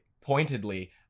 pointedly